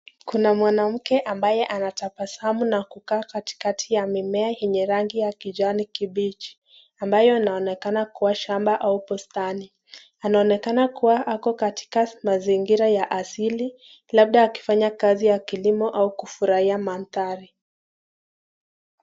Kuna mwanamke ambaye anatabasamu na kukaa katikati ya mimea yenye rangi ya kijani kibichi, ambayo anaonekana kuwa shamba au bustani. Anaonekana kuwa ako katika mazingira ya asili, labda akifanya kazi ya kilimo au kufurahia mandhari.